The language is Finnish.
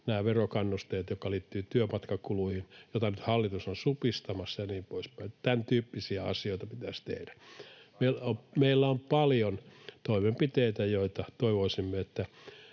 verokannusteet, jotka liittyvät työmatkakuluihin, joita nyt hallitus on supistamassa ja niin poispäin. Tämän tyyppisiä asioita pitäisi tehdä. [Sheikki Laakso: Polttoaine halpenee!] Meillä on paljon toimenpiteitä, ja toivoisimme, että